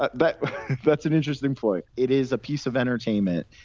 but but that's an interesting point. it is a piece of entertainment,